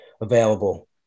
available